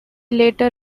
later